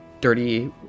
dirty